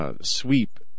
sweep